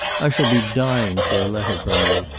i shall be dying for a letter from you.